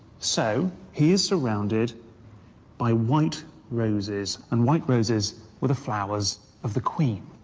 so he is surrounded by white roses, and white roses were the flowers of the queen.